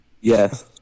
Yes